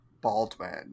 Baldwin